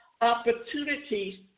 opportunities